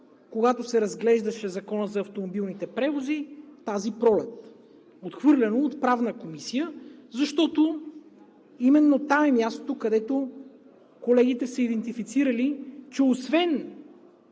когато се разглеждаше Законът за автомобилните превози тази пролет. Отхвърлено е от Правната комисия, защото именно там е мястото, където колегите са идентифицирали, че освен